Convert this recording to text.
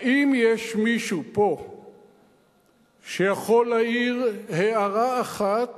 האם יש מישהו פה שיכול להעיר הערה אחת